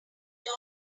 doc